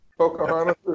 Pocahontas